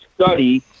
study